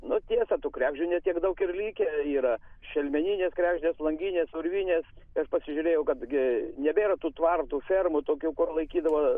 nu tiesa tų kregždžių ne tiek daug ir likę yra šelmeninės kregždės langinės urvinės aš pasižiūrėjau kadgi nebėra tų tvartų fermų tokių kur laikydavo